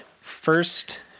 first